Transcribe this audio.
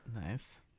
Nice